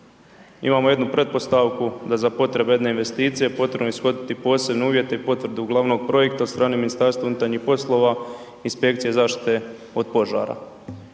Imamo jednu pretpostavku da za potrebe jedne investicije potrebno je ishoditi posebne uvjete i potvrdu glavnog projekta od strane Ministarstva unutarnjih poslova, Inspekcije zaštite od požara,